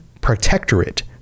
protectorate